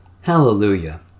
Hallelujah